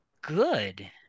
good